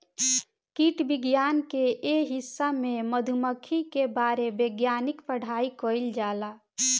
कीट विज्ञान के ए हिस्सा में मधुमक्खी के बारे वैज्ञानिक पढ़ाई कईल जाला